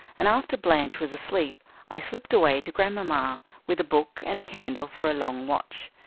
and after blanche was asleep i slipped away to grandmamma, with a book and candle for a long watch,